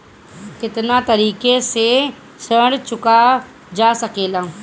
कातना तरीके से ऋण चुका जा सेकला?